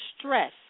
stress